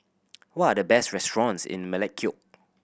what are the best restaurants in Melekeok